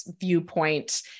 viewpoint